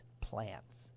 plants